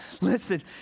listen